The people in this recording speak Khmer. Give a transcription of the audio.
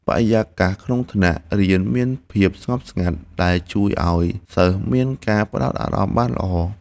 បរិយាកាសក្នុងថ្នាក់រៀនមានភាពស្ងប់ស្ងាត់ដែលជួយឱ្យសិស្សមានការផ្ដោតអារម្មណ៍បានល្អ។